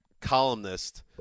columnist